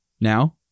Now